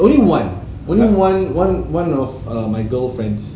only one only one one one of my girlfriends